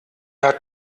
hat